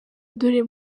dore